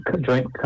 joint